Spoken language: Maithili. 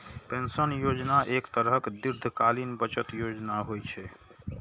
पेंशन योजना एक तरहक दीर्घकालीन बचत योजना होइ छै